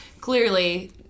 Clearly